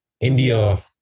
India